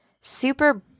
super